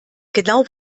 genau